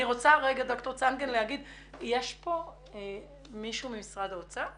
יש כאן מישהו ממשרד האוצר?